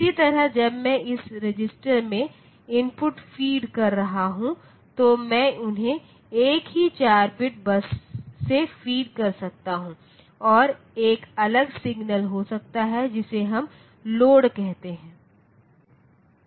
इसी तरह जब मैं इस रजिस्टर में इनपुट फीड कर रहा हूं तो मैं उन्हें एक ही 4 बिट बस से फ़ीड कर सकता हूं और एक अलग सिग्नल हो सकता है जिसे हम लोड कहते हैं